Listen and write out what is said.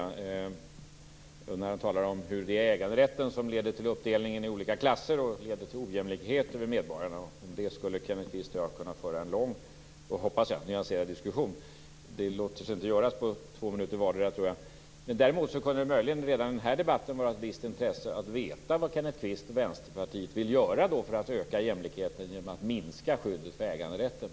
Det är när han talar om att det är äganderätten som leder till uppdelningen i olika klasser och till ojämlikheten bland medborgarna. Om det skulle Kenneth Kvist och jag kunna föra en lång och, hoppas jag, nyanserad diskussion. Det låter sig dock inte göras, tror jag, när vi bara har två minuter var på oss. Däremot skulle det möjligen redan i den här debatten vara av ett visst intresse att veta vad Kenneth Kvist och Vänsterpartiet vill göra för att öka jämlikheten genom att minska skyddet för äganderätten.